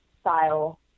Style